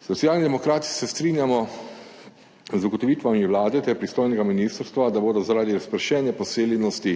Socialni demokrati se strinjamo z ugotovitvami Vlade ter pristojnega ministrstva, da bodo zaradi razpršene poseljenosti